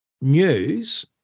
news